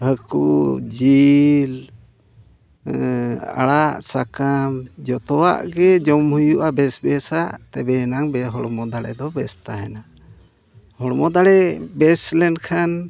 ᱦᱟᱹᱠᱩ ᱡᱤᱞ ᱟᱲᱟᱜ ᱥᱟᱠᱟᱢ ᱡᱚᱛᱚᱣᱟᱜ ᱜᱮ ᱡᱚᱢ ᱦᱩᱭᱩᱜᱼᱟ ᱵᱮᱥ ᱵᱮᱥᱟᱜ ᱛᱚᱵᱱᱮ ᱮᱱᱟᱝ ᱜᱮ ᱦᱚᱲᱢᱚ ᱫᱟᱲᱮᱫᱚ ᱵᱮᱥ ᱛᱟᱦᱮᱱᱟ ᱦᱚᱲᱢᱚ ᱫᱟᱲᱮ ᱵᱮᱥ ᱞᱮᱱᱠᱷᱟᱱ